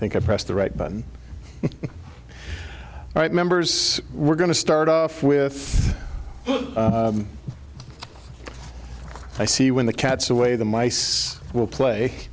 i think i pressed the right button all right members were going to start off with i see when the cat's away the mice will play